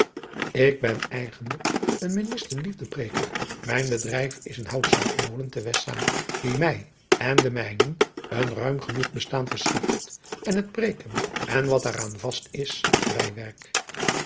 k ben eigenlijk een enniste iefdepreêker ijn bedrijf is een houtzaagmolen te estzaan die mij en den mijnen een ruim genoeg bestaan verschaft en het preken en wat daar aan vast is is bijwerk